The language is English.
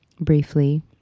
briefly